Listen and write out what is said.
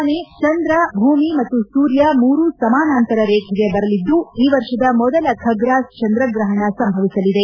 ನಾಳೆ ಮುಂಜಾನೆ ಚಂದ್ರ ಭೂಮಿ ಮತ್ತು ಸೂರ್ಯ ಮೂರೂ ಸಮಾನಾಂತರ ರೇಖೆಗೆ ಬರಲಿದ್ದು ಈ ವರ್ಷದ ಮೊದಲ ಖಗ್ರಾಸ ಚಂದ್ರಗ್ರಹಣ ಸಂಭವಿಸಲಿದೆ